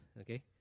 Okay